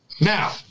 Now